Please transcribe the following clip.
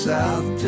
South